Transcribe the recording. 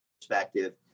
perspective